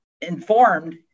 informed